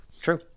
True